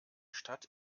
stadt